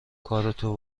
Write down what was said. کارتو